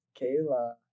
Kayla